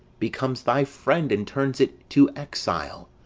becomes thy friend and turns it to exile.